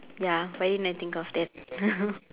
ya why didn't I think of that